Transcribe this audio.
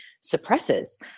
suppresses